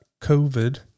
COVID